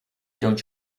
don’t